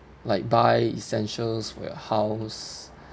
like buy essentials for your house